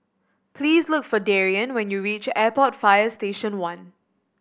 please look for Darien when you reach Airport Fire Station One